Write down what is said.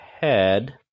head